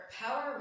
power